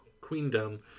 Queendom